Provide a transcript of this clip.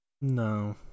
No